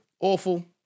Awful